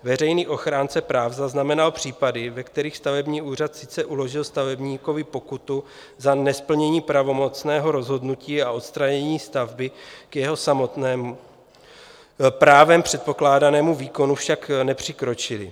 Veřejný ochránce práv zaznamenal případy, ve kterých stavební úřad sice uložil stavebníkovi pokutu za nesplnění pravomocného rozhodnutí a odstranění stavby, k jeho samotnému právem předpokládanému výkonu však nepřikročili.